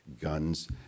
guns